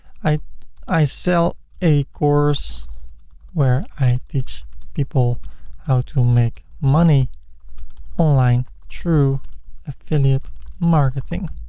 i i sell a course where i teach people how to make money online through affiliate marketing.